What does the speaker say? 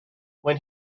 when